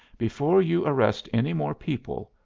before you arrest any more people,